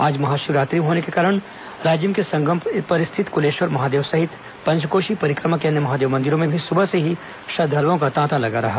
आज महाशिवरात्रि होने के कारण राजिम के संगम पर स्थित कुलेश्वर महादेव सहित पंचकोशी परिक्रमा के अन्य महादेव मंदिरों में सुबह से ही श्रद्धालुओं का तांता लगा रहा